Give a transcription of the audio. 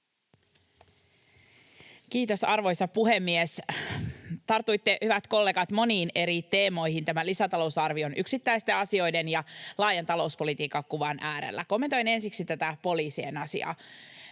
Kiitos, arvoisa puhemies! Tartuitte, hyvät kollegat, moniin eri teemoihin tämän lisätalousarvion yksittäisten asioiden ja laajan talouspolitiikan kuvan äärellä. Kommentoin ensiksi tätä poliisien asiaa.